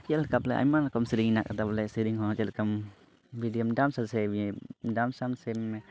ᱤᱭᱟᱹ ᱞᱮᱠᱟ ᱵᱚᱞᱮ ᱟᱭᱢᱟ ᱨᱚᱠᱚᱢ ᱥᱮᱨᱮᱧ ᱢᱮᱱᱟᱜ ᱠᱟᱫᱟ ᱵᱚᱞᱮ ᱥᱮᱨᱮᱧ ᱦᱚᱸ ᱪᱮᱫ ᱞᱮᱠᱟᱢ ᱵᱷᱤᱰᱭᱳᱢ ᱰᱟᱱᱥᱼᱟ ᱥᱮ ᱰᱟᱱᱥ ᱟᱢ ᱥᱮᱢ